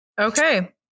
Okay